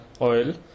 oil